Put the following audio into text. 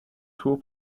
tour